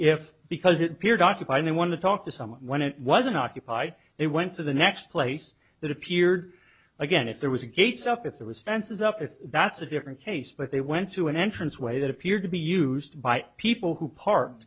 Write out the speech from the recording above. if because it peered occupied they want to talk to someone when it was unoccupied they went to the next place that appeared again if there was a gate up that there was fences up that's a different case but they went to an entrance way that appeared to be used by people who par